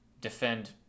defend